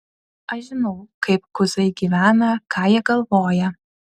aš žinau kaip kuzai gyvena ką jie galvoja